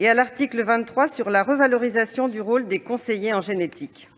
et à l'article 23 sur la revalorisation du rôle des conseillers en génétique.